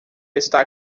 está